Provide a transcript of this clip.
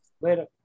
Later